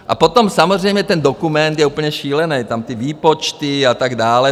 A potom samozřejmě ten dokument je úplně šílený, tam ty výpočty a tak dále.